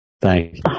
Thank